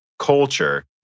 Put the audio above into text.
culture